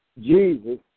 Jesus